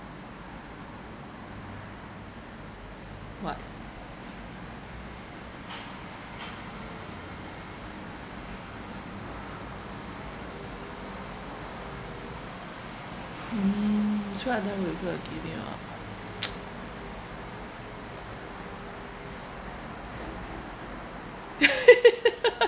what mm that's why I don't regret of giving you up